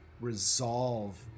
resolve